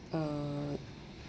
uh